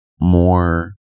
more